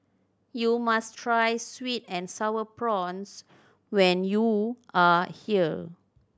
you must try sweet and Sour Prawns when you are here